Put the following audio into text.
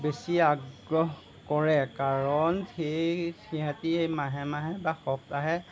বেছি আগ্ৰহ কৰে কাৰণ সেই সিহঁতি এই মাহে মাহে বা সপ্তাহে